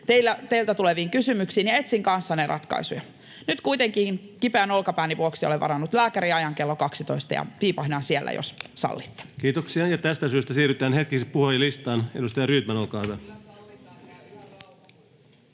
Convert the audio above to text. teiltä tuleviin kysymyksiin ja etsin kanssanne ratkaisuja. Nyt kuitenkin kipeän olkapääni vuoksi olen varannut lääkäriajan kello 12 ja piipahdan siellä, jos sallitte. [Eduskunnasta: Kyllä sallitaan, käy ihan rauhassa!]